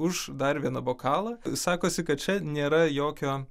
už dar vieną bokalą sakosi kad čia nėra jokio